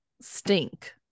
stink